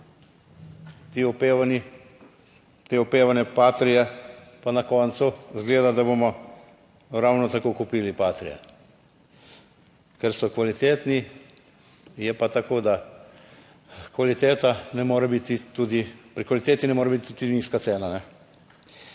ti opevani, te opevane patrie, pa na koncu izgleda, da bomo ravno tako kupili Patrie, ker so kvalitetni, je pa tako, da kvaliteta ne more biti, tudi pri kvaliteti ne more biti tudi nizka cena.